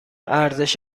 ارزش